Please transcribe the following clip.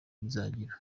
bizagira